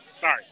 sorry